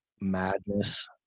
madness